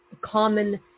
common